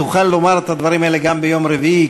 תוכל לומר את הדברים האלה גם ביום רביעי,